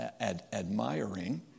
admiring